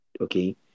Okay